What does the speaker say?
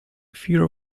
fear